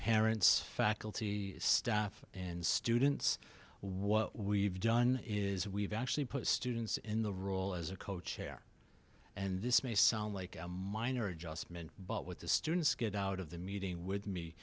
parents faculty staff and students what we've done is we've actually put students in the role as a co chair and this may sound like a minor adjustment but what the students get out of the meeting with me